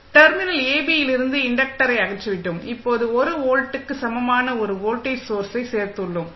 terminal AB இலிருந்து இன்டக்டரை அகற்றிவிட்டோம் இப்போது 1 வோல்ட்டுக்கு சமமான ஒரு வோல்டேஜ் சோர்ஸை சேர்த்துள்ளோம்